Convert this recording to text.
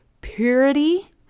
purity